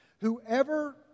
Whoever